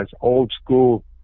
old-school